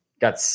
got